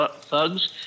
thugs